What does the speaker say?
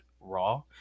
raw